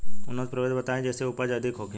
उन्नत प्रभेद बताई जेसे उपज अधिक होखे?